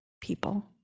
people